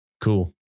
Cool